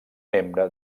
membre